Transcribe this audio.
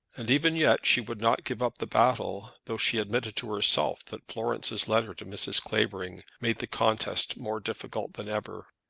and even yet she would not give up the battle, though she admitted to herself that florence's letter to mrs. clavering made the contest more difficult than ever.